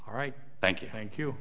all right thank you thank you